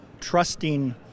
trusting